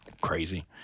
crazy